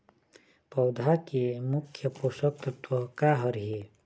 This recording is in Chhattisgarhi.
पौधा के मुख्य पोषकतत्व का हर हे?